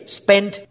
spent